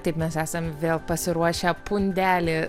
taip mes esam vėl pasiruošę pundelį